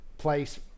place